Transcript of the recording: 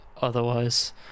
Otherwise